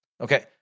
Okay